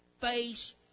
face